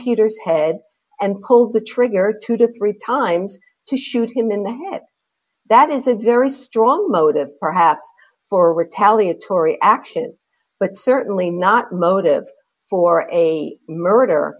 peters head and pulls the trigger two to three times to shoot him in the head that is a very strong motive perhaps for retaliatory action but certainly not motive for a murder